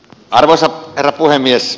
arvoisa herra puhemies